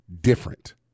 different